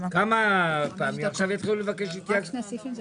עכשיו יתחילו לבקש התייעצות סיעתית?